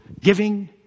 giving